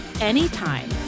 anytime